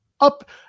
up